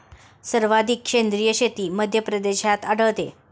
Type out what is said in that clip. सर्वाधिक सेंद्रिय शेती मध्यप्रदेशात आढळते